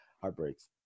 heartbreaks